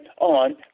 on